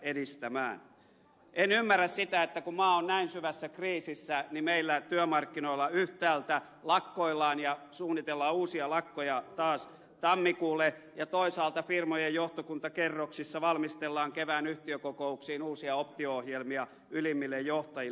en ymmärrä sitä että kun maa on näin syvässä kriisissä niin meillä työmarkkinoilla yhtäältä lakkoillaan ja suunnitellaan uusia lakkoja taas tammikuulle ja toisaalta firmojen johtokuntakerroksissa valmistellaan kevään yhtiökokouksiin uusia optio ohjelmia ylimmille johtajille